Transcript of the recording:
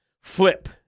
flip